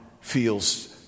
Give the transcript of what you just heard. feels